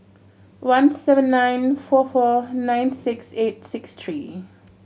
one seven nine four four nine six eight six three